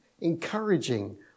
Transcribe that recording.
encouraging